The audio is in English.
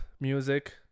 music